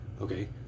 okay